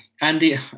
Andy